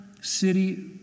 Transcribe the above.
city